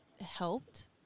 helped